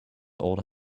old